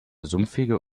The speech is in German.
sumpfige